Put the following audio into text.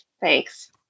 Thanks